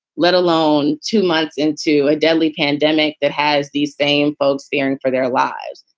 let alone two months into a deadly pandemic that has these same folks fearing for their lives.